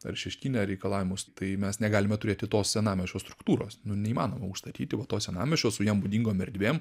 ar šeškinė reikalavimus tai mes negalime turėti tos senamiesčio struktūros nu neįmanoma užstatyti va to senamiesčio su jam būdingom erdvėm